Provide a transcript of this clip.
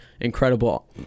incredible